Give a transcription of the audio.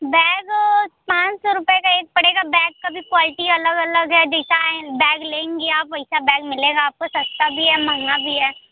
bag पाँच सौ रुपए का एक पड़ेगा बैग का भी क्वालटी अलग अलग है डिज़ाईन बैग लेंगी आप वैसा बैग मिलेगा आप को सस्ता भी है महँगा भी है